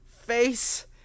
face